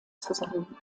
zusammen